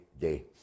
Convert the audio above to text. day